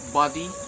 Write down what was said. body